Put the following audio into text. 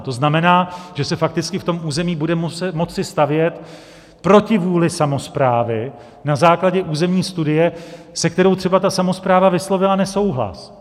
To znamená, že se fakticky v tom území bude moci stavět proti vůli samosprávy na základě územní studie, se kterou třeba ta samospráva vyslovila nesouhlas.